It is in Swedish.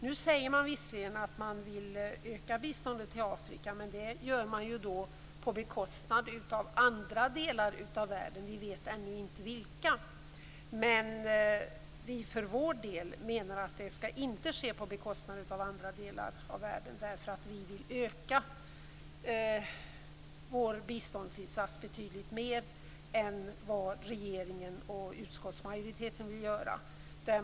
Nu säger man visserligen att man vill öka biståndet till Afrika, men det gör man på bekostnad av andra delar av världen. Vi vet ännu inte vilka. Men vi för vår del menar att det inte skall ske på bekostnad av andra delar av världen därför att vi vill öka vår biståndsinsats betydligt mer än vad regeringen och utskottsmajoriteten vill göra.